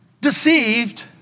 deceived